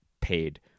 paid